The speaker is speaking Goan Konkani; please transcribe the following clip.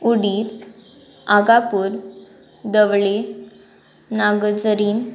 उडीर आगापूर दवळे नागरीन